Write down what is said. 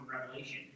Revelation